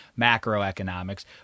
macroeconomics